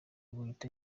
guhita